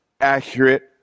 accurate